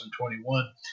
2021